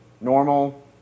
normal